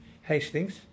Hastings